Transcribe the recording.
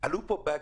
מה הבאגים.